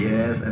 Yes